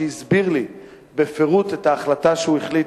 והוא הסביר לי בפירוט את ההחלטה שהוא החליט,